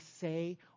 say